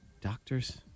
doctors